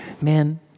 Man